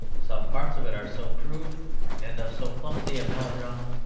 some parts of it are so crude and of so clumsy a melodrama,